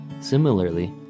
Similarly